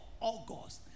August